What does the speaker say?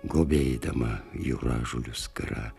gobėdama jūražolių skara